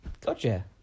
Gotcha